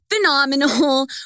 phenomenal